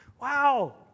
Wow